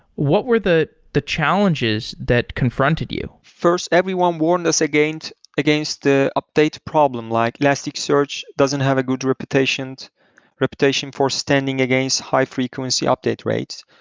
what were the the challenges that confronted you? first, everyone warned us against against the update problem, like elasticsearch doesn't have a good reputation reputation for standing against high-frequency update rate.